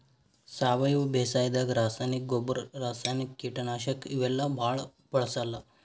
ಸಾವಯವ ಬೇಸಾಯಾದಾಗ ರಾಸಾಯನಿಕ್ ಗೊಬ್ಬರ್, ರಾಸಾಯನಿಕ್ ಕೀಟನಾಶಕ್ ಇವೆಲ್ಲಾ ಭಾಳ್ ಬಳ್ಸಲ್ಲ್